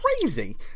crazy